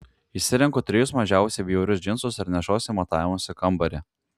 išsirenku trejus mažiausiai bjaurius džinsus ir nešuosi į matavimosi kambarį